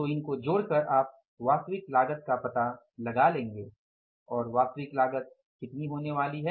तो इनको जोड़कर आप वास्तविक लागत का पता लगा लेंगे और वास्तविक लागत कितनी होने वाली है